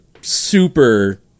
super